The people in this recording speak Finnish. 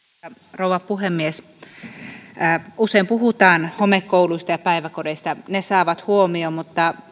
rouva puhemies usein puhutaan homekouluista ja päiväkodeista ne saavat huomion mutta